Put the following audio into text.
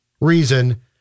reason